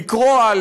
לקרוע,